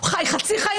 חי חצי חיים,